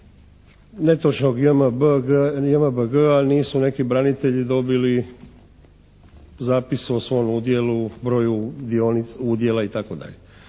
netočnog JMBG-a nisu neki branitelji dobili zapis o svom udjelu, broju udjela itd.